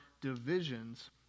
divisions